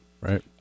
Right